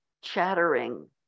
chattering